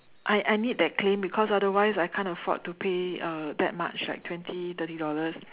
I I need that claim because otherwise I can't afford to pay uh that much like twenty thirty dollars